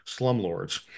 slumlords